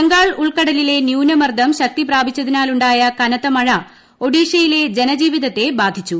ബംഗാൾ ഉൾക്കടലിലെ ന്യൂനമർദ്ദം ശക്തിപ്രാപിച്ചതിനാലുണ്ടായ കനത്ത മഴ ഒഡീഷയിലെ ജനജീവിതത്തെ ബാധിച്ചു